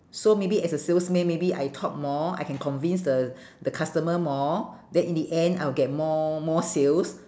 so maybe as a salesman maybe I talk more I can convince the the customer more then in the end I'll get more more sales